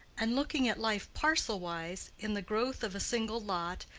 and looking at life parcel-wise, in the growth of a single lot,